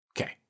Okay